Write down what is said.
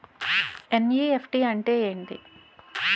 NEFT అంటే ఏమిటి?